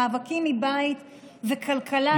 מאבקים מבית וכלכלה על סף תהום,